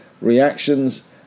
reactions